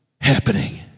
happening